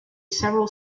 several